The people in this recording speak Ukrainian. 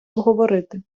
обговорити